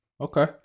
Okay